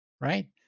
right